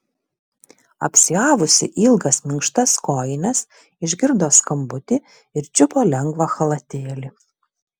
apsiavusi ilgas minkštas kojines išgirdo skambutį ir čiupo lengvą chalatėlį